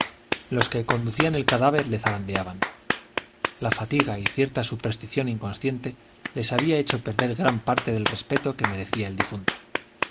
los que conducían el cadáver le zarandeaban la fatiga y cierta superstición inconsciente les había hecho perder gran parte del respeto que merecía el difunto